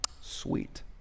Sweet